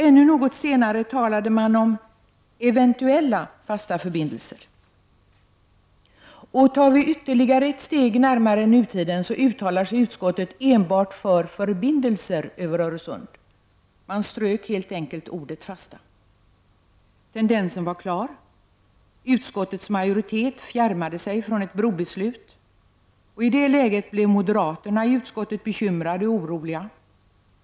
Ännu något senare talade man om eventuella fasta förbindelser. Tar vi ytterligare ett steg närmare nutiden uttalar sig utskottet enbart för förbindelser över Öresund. Man strök helt enkelt ordet fasta. Tendensen var klar. Utskottsmajoriteten fjärmade sig från ett brobeslut. I det läget blev moderaterna i utskottet bekymrade och oroliga.